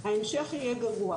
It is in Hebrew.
ההמשך יהיה גרוע.